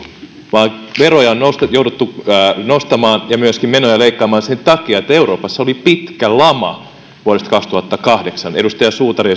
vaan veroja on jouduttu nostamaan ja myöskin menoja leikkaamaan sen takia että euroopassa oli pitkä lama vuodesta kaksituhattakahdeksan esimerkiksi edustaja suutari